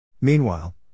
Meanwhile